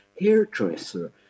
hairdresser